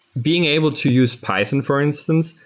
being able to use python, for instance,